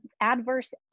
adverse